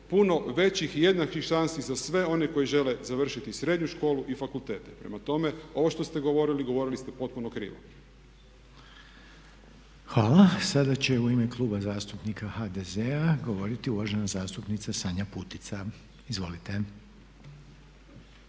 puno većih i jednakih šansi za sve one koji žele završiti srednju školu i fakultete. Prema tome ovo što ste govorili, govorili ste potpuno krivo. **Reiner, Željko (HDZ)** Hvala. Sada ćemo u ime Kluba zastupnika HDZ-a govoriti uvažena zastupnica Sanja Putica. **Putica,